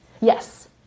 yes